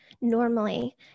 normally